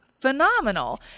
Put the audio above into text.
phenomenal